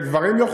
שגברים,